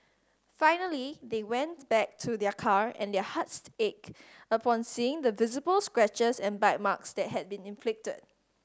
finally they went back to their car and their hearts ached upon seeing the visible scratches and bite marks that had been inflicted